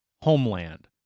homeland